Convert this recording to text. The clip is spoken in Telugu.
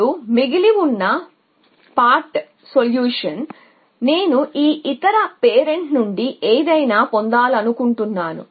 ఇప్పుడు పార్ట్ సొల్యూషన్ మిగిలి ఉంటే నేను నిజంగా ఇతర పేరెంట్ల నుండి ఏదైనా పొందాలనుకుంటున్నాను